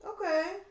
Okay